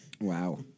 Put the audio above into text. Wow